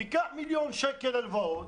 תיקח מיליון שקלים כהלוואה,